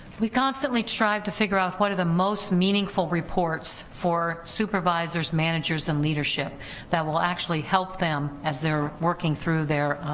we constantly strive to figure out what are the most meaningful reports for supervisors, managers, and leadership that will actually help them as they're working through their